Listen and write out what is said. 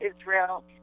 Israel